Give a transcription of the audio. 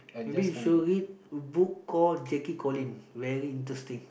maybe storybook call Jackie Collin very interesting